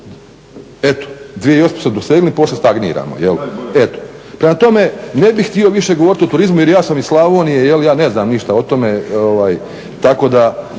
bivše, 2008.smo dosegnuli, poslije stagniramo, eto. Prema tome, ne bi htio više govoriti o turizmu jer ja sam iz Slavonije jel ja ne znam ništa o tome,